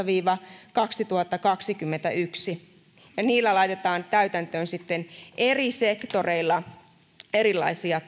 viiva kaksituhattakaksikymmentäyksi ja niillä laitetaan täytäntöön sitten eri sektoreilla erilaisia